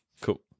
Cool